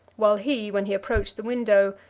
while he, when he approached the window,